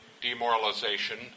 demoralization